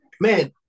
Man